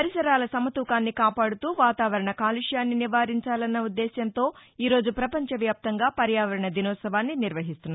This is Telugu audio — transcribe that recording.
పరిసరాల సమతూకాన్ని కాపాడుతూ వాతావరణ కాలుష్యాన్ని నివారించాలన్న ఉద్దేశ్యంతో ఈ రోజు ప్రపంచవ్యాప్తంగా పర్యావరణ దినోత్సవాన్ని నిర్వహిస్తున్నారు